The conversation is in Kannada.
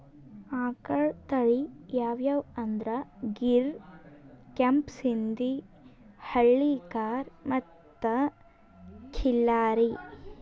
ಆಕಳ್ ತಳಿ ಯಾವ್ಯಾವ್ ಅಂದ್ರ ಗೀರ್, ಕೆಂಪ್ ಸಿಂಧಿ, ಹಳ್ಳಿಕಾರ್ ಮತ್ತ್ ಖಿಲ್ಲಾರಿ